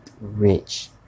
rich